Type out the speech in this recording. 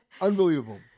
Unbelievable